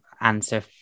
answer